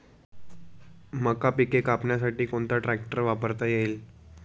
मका पिके कापण्यासाठी कोणता ट्रॅक्टर वापरता येईल?